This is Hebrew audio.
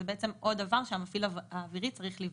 זה עוד דבר שהמפעיל האווירי צריך לבדוק.